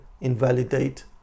invalidate